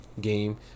game